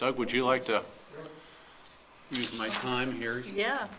doug would you like to use my time here yeah